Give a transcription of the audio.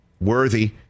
worthy